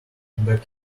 back